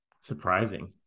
surprising